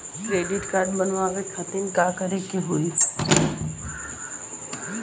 Credit card बनवावे खातिर का करे के होई?